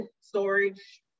storage